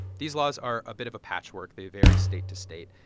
these laws are a bit of a patchwork. they vary state to state.